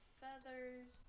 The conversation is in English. feathers